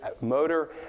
motor